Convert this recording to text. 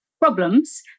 problems